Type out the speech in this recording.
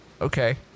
Okay